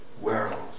world